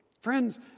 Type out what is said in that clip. Friends